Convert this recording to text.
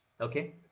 Okay